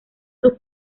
sus